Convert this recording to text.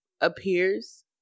appears